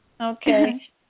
Okay